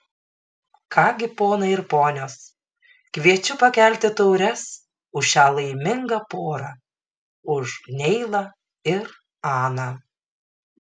ką gi ponai ir ponios kviečiu pakelti taures už šią laimingą porą už neilą ir aną